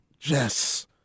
Yes